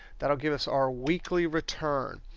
that'll give us our weekly return.